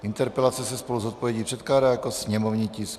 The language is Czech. Interpelace se spolu s odpovědí předkládá jako sněmovní tisk 324.